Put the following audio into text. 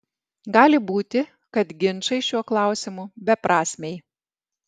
gali būti kad ginčai šiuo klausimu beprasmiai